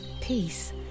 peace